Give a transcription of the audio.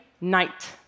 night